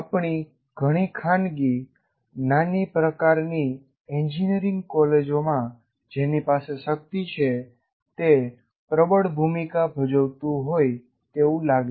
આપણી ઘણી ખાનગી નાની ટાયર 3 પ્રકારની એન્જિનિયરિંગ કોલેજોમાં 'જેની પાસે શક્તિ છે' તે પ્રબળ ભૂમિકા ભજવતું હોય તેવું લાગે છે